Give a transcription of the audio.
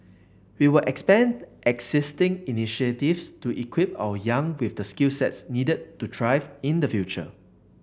we will expand existing initiatives to equip our young with the skill sets needed to thrive in the future